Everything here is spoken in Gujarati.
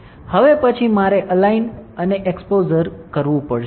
હવે પછી મારે અલાઈન અને એક્સપોઝ કરવું પડશે